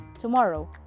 tomorrow